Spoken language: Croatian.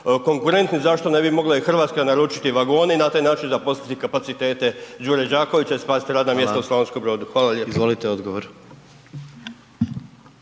konkurentni, zašto ne bi mogla i Hrvatska naručiti vagone i na taj način zaposliti kapacitete Đure Đakovića i spasiti radna mjesta .../Upadica predsjednik: Hvala./...